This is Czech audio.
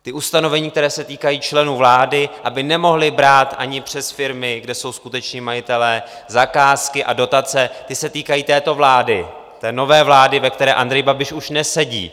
Ta ustanovení, která se týkají členů vlády, aby nemohli brát ani přes firmy, kde jsou skuteční majitelé, zakázky a dotace, ty se týkají této vlády, té nové vlády, ve které Andrej Babiš už nesedí.